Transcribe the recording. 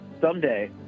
someday